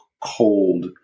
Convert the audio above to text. cold